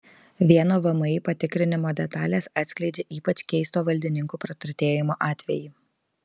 vieno vmi patikrinimo detalės atskleidžia ypač keisto valdininkų praturtėjimo atvejį